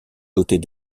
dotés